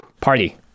Party